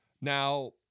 Now